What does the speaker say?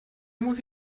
muss